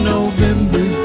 November